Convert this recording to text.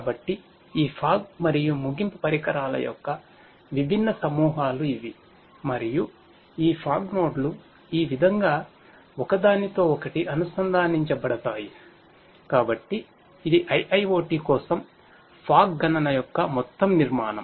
కాబట్టి ఈ ఫాగ్ గణన యొక్క మొత్తం నిర్మాణం